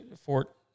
Fort